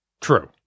True